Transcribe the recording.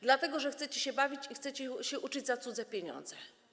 Dlatego że chcecie się bawić i chcecie się uczyć za cudze pieniądze.